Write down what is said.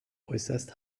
äußerst